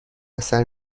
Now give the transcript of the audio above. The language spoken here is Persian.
اثر